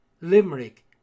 Limerick